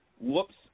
Whoops